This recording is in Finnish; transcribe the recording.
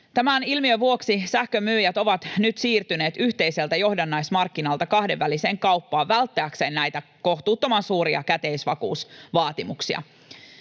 Tämän ilmiön vuoksi sähkönmyyjät ovat nyt siirtyneet yhteiseltä johdannaismarkkinalta kahdenväliseen kauppaan välttääkseen näitä kohtuuttoman suuria käteisvakuusvaatimuksia.